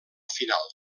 final